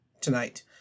tonight